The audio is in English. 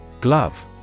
Glove